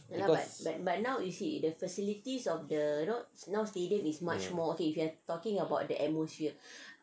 because